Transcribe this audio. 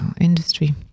industry